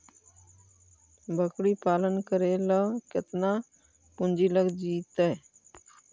बकरी पालन करे ल केतना पुंजी लग जितै?